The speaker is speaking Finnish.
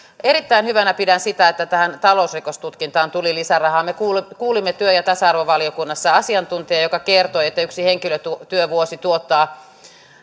erittäin hyvänä pidän sitä että tähän talousrikostutkintaan tuli lisärahaa me kuulimme työ ja tasa arvovaliokunnassa asiantuntijaa joka kertoi että yksi henkilötyövuosi tuottaa